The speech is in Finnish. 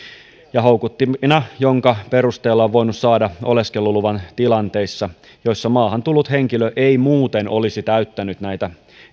ja houkuttimena jonka perusteella on voinut saada oleskeluluvan tilanteissa joissa maahan tullut henkilö ei muuten olisi täyttänyt näitä